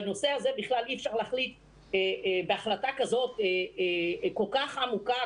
בנושא בכלל אי-אפשר להחליט בהחלטה כזאת כל כך עמוקה,